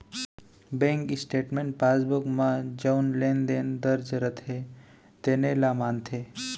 bank statement passbook म जउन लेन देन दर्ज रथे तेने ल मानथे